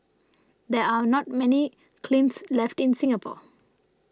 there are not many kilns left in Singapore